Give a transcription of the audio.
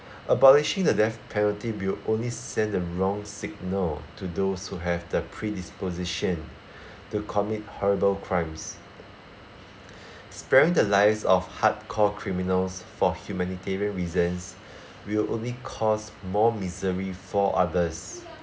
abolishing the death penalty will only send the wrong signal to those who have the predisposition to commit horrible crimes sparing the lives of hardcore criminals for humanitarian reasons will only cause more misery for others